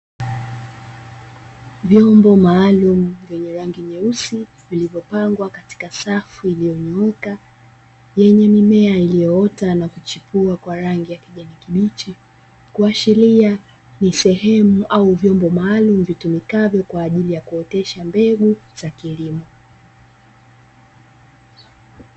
Vyombo maalumu vyenye rangi nyeusi vilivyopangwa katika safu iliyonyooka yenye mimea iliyoota na kuchipua kwa rangi ya kijani kibichi, kuashiria ni sehemu au vyombo maalumu vitumikavyo kwa ajili ya kuotesha mbegu za kilimo.